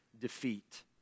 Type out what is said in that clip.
defeat